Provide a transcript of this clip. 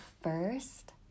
first